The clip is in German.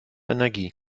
energie